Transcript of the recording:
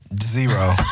Zero